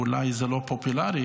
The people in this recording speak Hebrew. ואולי זה לא פופולרי,